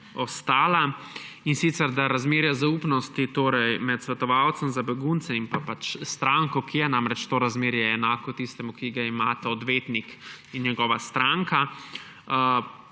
ostala; in sicer, da razmere zaupnosti med svetovalcem za begunce in stranko, namreč to razmerje je enako tistemu, ki ga imata odvetnik in njegova stranka,